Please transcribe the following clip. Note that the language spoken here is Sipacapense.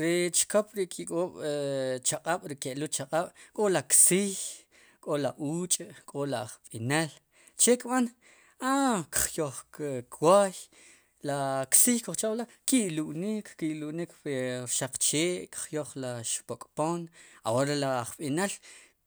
Ri chkop ri ki'k'oob' chaq'ab' k'o ri ksiy k'o la uch' k'o las b'inel che kb'an a kjyoj kwoy la ksiy kujchab'lo ki'lu'nik, ki'lu'nik pri rxaq chee' kjyoj la xpok'pom ahora la ajb'inel